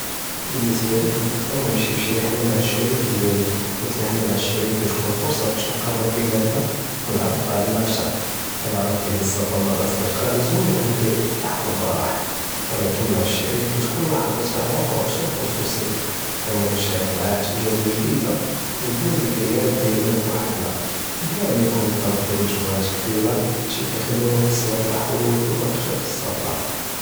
באלנسبة לי כנפעל נמשי פי שי ריחלה מעא אששריק דיאלי, חית ריחלה מעא אששריק כתכון פורסה בש נקרב בינאתנא ונערף בעדנא אכתר, כנערף בלי אסספר מעא אלאסדקא זוין ומלאא בדהכ ואלמראח ולקין מעא אששריק כתכון אלעזאת אעמק ואכתר חוסוסיא, כנג'בי נשתארק מעאה תאג'ארב ג'דידה ונבני דיקריאת דיאלנא בוחדנא בלא מא יכון אלע'ט דיאל מגמעאת כבירה, האדשי כיחליני נהס בלהרה ואלוודוח אכתר פי אסספר.